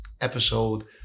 episode